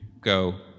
go